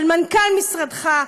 של מנכ"ל משרדך,